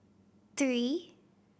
three